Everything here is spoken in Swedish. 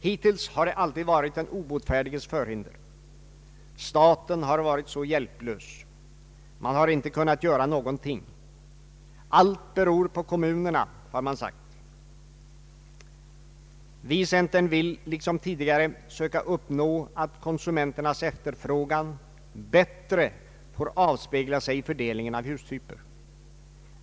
Hittills har det alltid varit den obotfärdiges förhinder — staten har varit så hjälplös, man har inte kunnat göra någonting, allt beror på kommunerna, har det sagts. Vi i centern vill liksom tidigare söka uppnå, att konsumenternas efterfrågan bättre får avspegla sig i fördelningen av hustyper.